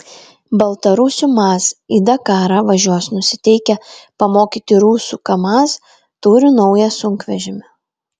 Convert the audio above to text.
baltarusių maz į dakarą važiuos nusiteikę pamokyti rusų kamaz turi naują sunkvežimį